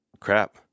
crap